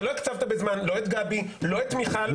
אתה לא הקצבת בזמן לא את גבי, לא את מיכל.